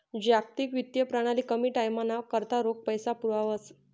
जागतिक वित्तीय प्रणाली कमी टाईमना करता रोख पैसा पुरावस